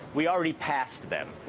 we already passed them.